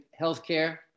healthcare